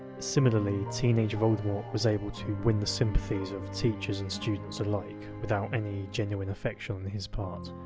similarly, teenage voldemort was able to win the sympathies of teachers and students alike, without any genuine affection on his part.